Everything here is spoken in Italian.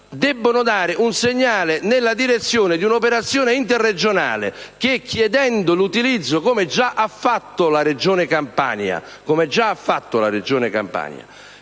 debbono dare un segnale nella direzione di un'operazione interregionale chiedendo l'utilizzo, come già ha fatto la Regione Campania,